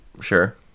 Sure